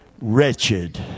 wretched